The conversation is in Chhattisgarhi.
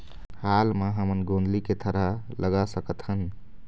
हाल मा हमन गोंदली के थरहा लगा सकतहन?